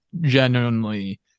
genuinely